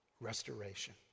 restoration